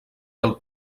del